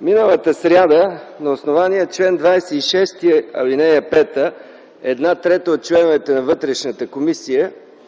Миналата сряда на основание чл. 26, ал. 5, една трета от членовете на Вътрешната комисия